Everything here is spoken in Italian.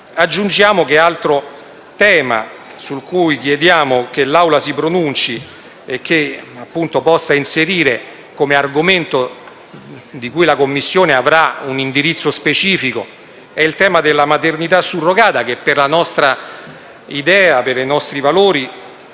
Aggiungiamo che un altro tema su cui chiediamo che l'Assemblea si pronunci per inserirlo come argomento su cui la Commissione avrà un indirizzo specifico è il tema della maternità surrogata che, per la nostra idea, per i nostri valori,